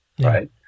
right